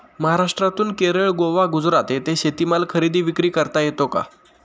महाराष्ट्रातून केरळ, गोवा, गुजरात येथे शेतीमाल खरेदी विक्री करता येतो का?